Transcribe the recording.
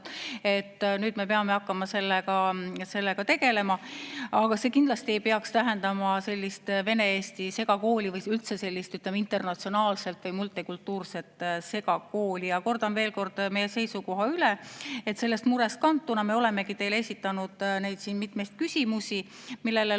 nüüd me peame hakkama sellega tegelema. Aga see kindlasti ei peaks tähendama sellist vene-eesti segakooli või üldse sellist, ütleme, internatsionaalset või multikultuurset segakooli. Kordan veel meie seisukoha üle. Sellest murest kantuna me olemegi teile esitanud mitmeid küsimusi, millele loodame,